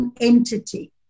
entity